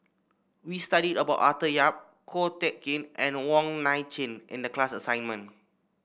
we studied about Arthur Yap Ko Teck Kin and Wong Nai Chin in the class assignment